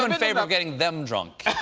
but favor of getting them drunk,